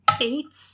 Eight